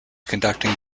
conducting